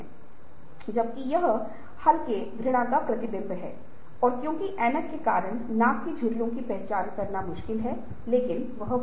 यदि कंपनी की बाजार हिस्सेदारी बढ़ रही है तो ये कुछ बुनियादी सवाल हैं क्योंकि अंततः यह कंपनी के प्रदर्शन को प्रभावित करने वाला है